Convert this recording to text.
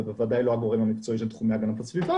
ובוודאי לא הגורם המקצועי של תחומי הגנת הסביבה,